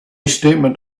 statement